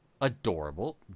Adorable